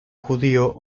judío